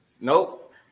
Nope